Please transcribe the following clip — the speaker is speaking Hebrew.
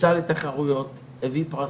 לצד התחרויות, הביא פרסים,